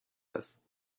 است